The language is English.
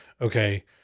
okay